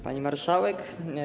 Pani Marszałek!